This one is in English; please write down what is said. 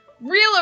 Real